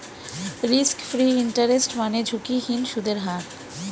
risk free interest মানে ঝুঁকিহীন সুদের হার